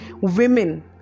women